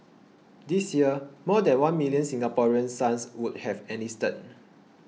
this year more than one million Singaporean sons would have enlisted